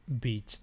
Beach